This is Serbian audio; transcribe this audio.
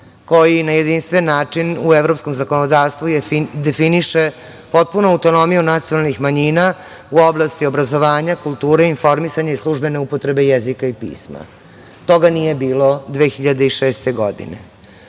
koji na jedinstven način u evropskom zakonodavstvu definiše potpunu autonomiju nacionalnih manjina u oblasti obrazovanja, kulture, informisanja i službene upotrebe jezika i pisma. Toga nije bilo 2006. godine. Moramo